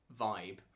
vibe